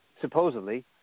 supposedly